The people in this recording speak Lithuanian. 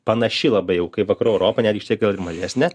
panaši labai jau kaip vakarų europa netgi šiek tiek gal ir mažesnė